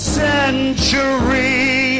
century